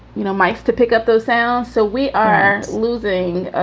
you know, my to pick up those sounds. so we are losing,